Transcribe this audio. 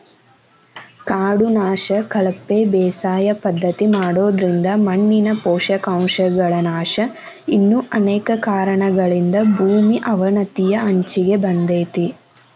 ಕಾಡು ನಾಶ, ಕಳಪೆ ಬೇಸಾಯ ಪದ್ಧತಿ ಮಾಡೋದ್ರಿಂದ ಮಣ್ಣಿನ ಪೋಷಕಾಂಶಗಳ ನಾಶ ಇನ್ನು ಅನೇಕ ಕಾರಣಗಳಿಂದ ಭೂಮಿ ಅವನತಿಯ ಅಂಚಿಗೆ ಬಂದೇತಿ